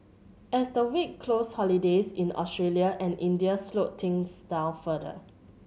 as the week closed holidays in Australia and India slowed things down further